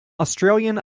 australian